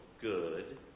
good